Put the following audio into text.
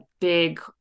big